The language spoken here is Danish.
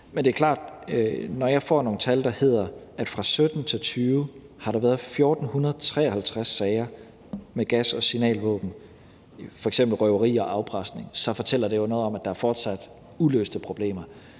Men det er klart, at når jeg får nogle tal, der hedder, at fra 2017-2020 har der været 1.453 sager med gas- og signalvåben, f.eks. røveri og afpresning, så fortæller det jo noget om, at der fortsat er uløste problemer.